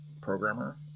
programmer